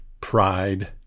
pride